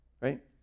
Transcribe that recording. right